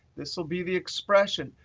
this will be the expression.